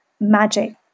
magic